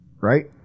Right